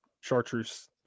chartreuse